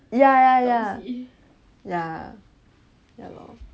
ya ya ya ya ya lor